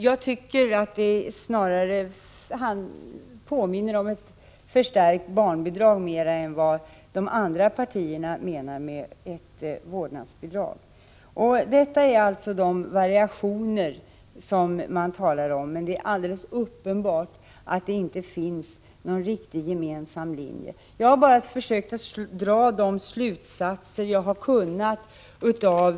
Jag tycker att det påminner mer om ett förstärkt barnbidrag än om vad de andra partierna menar med ett vårdnadsbidrag. Detta är alltså de variationer man talar om. Det är uppenbart att det inte finns någon riktig gemensam linje. Jag har bara försökt dra de slutsatser jag har kunnat av valresultatet.